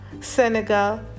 senegal